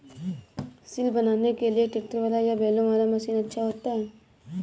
सिल बनाने के लिए ट्रैक्टर वाला या बैलों वाला मशीन अच्छा होता है?